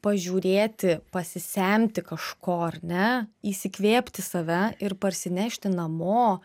pažiūrėti pasisemti kažko ar ne įsikvėpti save ir parsinešti namo